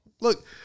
Look